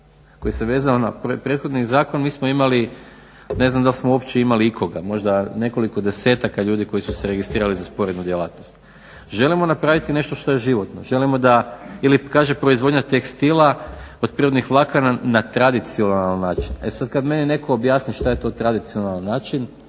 koji se vezao na prethodni zakon mi smo imali ne znam da li smo uopće imali ikoga, možda nekoliko desetaka ljudi koji su se registrirali za sporednu djelatnost. Želimo napraviti nešto što je životno, želimo da ili kaže proizvodnja tekstila od prirodnih vlakana na tradicionalan način. E sada neka meni netko objasni šta je to tradicionalan način